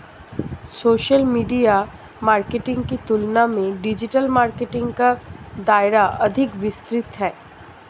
social media marketing की तुलना में डिजिटल मार्केटिंग का दायरा अधिक विस्तृत है